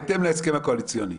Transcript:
בהתאם להסכם הקואליציוני.